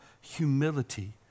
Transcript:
humility